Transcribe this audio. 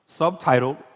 subtitled